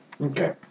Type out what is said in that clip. Okay